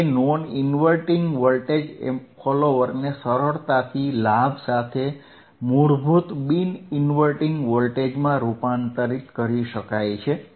બે non inverting voltage ફોલોઅરને સરળતાથી લાભ સાથે મૂળભૂત બિન ઇન્વર્ટીંગ વોલ્ટેજમાં રૂપાંતરિત કરી શકાય છે